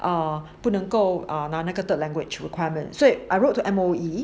err 不能够 err 不能够拿那个 third language requirement so I wrote to M_O_E